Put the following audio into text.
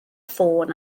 ffôn